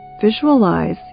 visualize